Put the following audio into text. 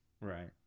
Right